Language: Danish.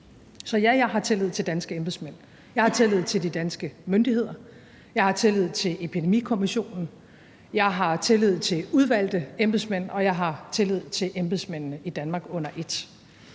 Så ja, jeg har tillid til danske embedsmænd. Jeg har tillid til de danske myndigheder. Jeg har tillid til Epidemikommissionen. Jeg har tillid til udvalgte embedsmænd, og jeg har tillid til embedsmændene i Danmark under et.